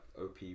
OP